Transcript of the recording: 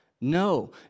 No